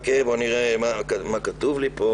--- סליחה, ד"ר עלי, אתה יכול להציג את עצמך?